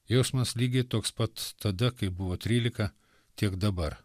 jausmas lygiai toks pat tada kai buvo trylika tiek dabar